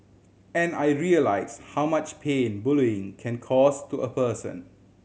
and I realise how much pain bullying can cause to a person